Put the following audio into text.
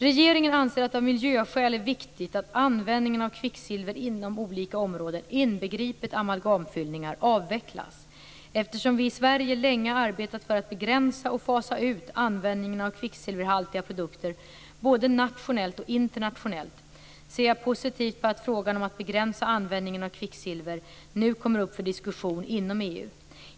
Regeringen anser att det av miljöskäl är viktigt att användningen av kvicksilver inom olika områden, inbegripet amalgamfyllningar, avvecklas. Eftersom vi i Sverige länge har arbetat för att begränsa och fasa ut användningen av kvicksilverhaltiga produkter både nationellt och internationellt, ser jag positivt på att frågan om att begränsa användningen av kvicksilver nu kommer upp för diskussion inom EU.